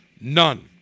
none